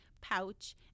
pouch